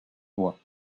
voie